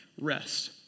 rest